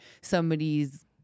somebody's